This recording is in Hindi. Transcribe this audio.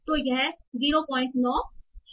तो यह 09 है